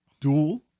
duel